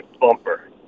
bumper